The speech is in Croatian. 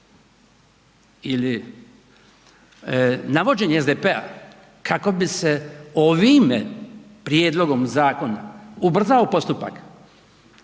ili navođenje SDP-a kako bi se ovim prijedlogom zakona ubrzao postupak